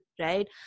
right